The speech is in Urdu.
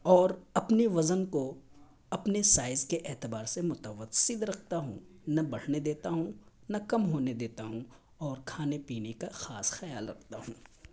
اور اپنے وزن کو اپنے سائز کے اعتبار سے متوسط رکھتا ہوں نہ بڑھنے دیتا ہوں نہ کم ہونے دیتا ہوں اور کھانے پینے کا خاص خیال رکھتا ہوں